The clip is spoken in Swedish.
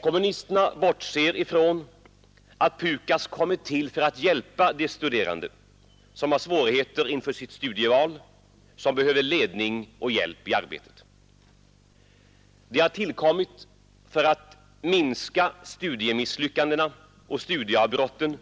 Kommunisterna bortser från att PUKAS kommit till för att hjälpa de studerande som har svårigheter i sina studier, som behöver ledning och hjälp i arbetet. PUKAS har tillkommit för att minska studiemisslyckandena och studieavbrotten